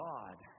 God